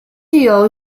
具有